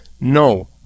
No